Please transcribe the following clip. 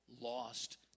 lost